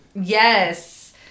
Yes